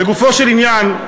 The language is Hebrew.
לגופו של עניין,